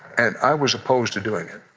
and i was opposed to doing it.